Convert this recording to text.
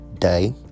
day